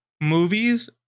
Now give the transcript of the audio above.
movies